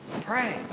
Pray